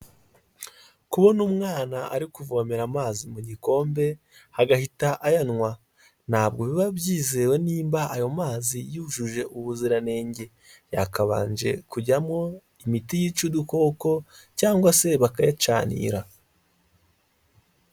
Kubona umwana ari kuvomera amazi mu gikombe agahita ayanywa ntabwo biba byizewe niba ayo mazi yujuje ubuziranenge yakabanje kujyamwo imiti yica udukoko cyangwa se bakayacanira.